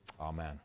Amen